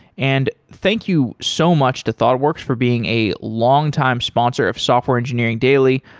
and thank you so much to thoughtworks for being a longtime sponsor of software engineering daily.